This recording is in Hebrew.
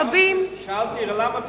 שאלתי למה 95,